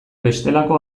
bestelako